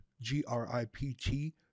G-R-I-P-T